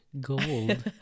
gold